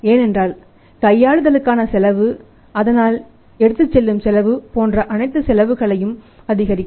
ஏனென்றால் கையாளுதலுக்கான செலவு அதனால் எடுத்துச்செல்லும் செலவு போன்ற அனைத்து செலவுகளையும் அதிகரிக்கும்